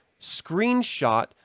screenshot